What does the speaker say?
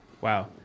wow